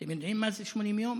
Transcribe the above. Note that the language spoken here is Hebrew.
אתם יודעים מה זה 80 יום?